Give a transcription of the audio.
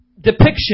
depiction